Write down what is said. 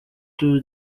tour